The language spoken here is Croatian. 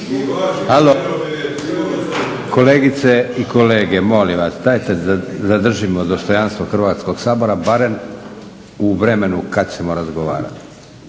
Kolegice i kolege molim vas dajete zadržimo dostojanstvo Hrvatskog sabora barem u vremu kada ćemo razgovarati.